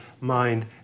mind